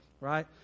right